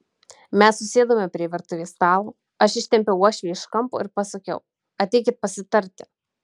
mes susėdome prie virtuvės stalo aš ištempiau uošvį iš kampo ir pasakiau ateikit pasitarti